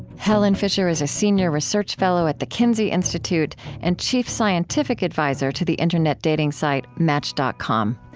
helen fisher is a senior research fellow at the kinsey institute and chief scientific advisor to the internet dating site, match dot com.